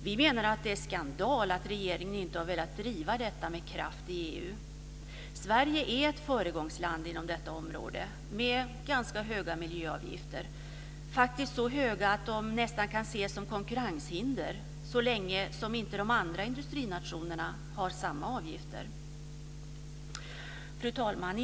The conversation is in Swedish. Vi menar att det är skandal att regeringen inte har velat driva detta med kraft i EU. Sverige är ett föregångsland inom detta område med ganska höga miljöavgifter - faktiskt så höga att de nästan kan ses som konkurrenshinder så länge som inte de andra industrinationerna har samma avgifter. Fru talman!